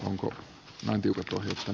onko mäntykuitu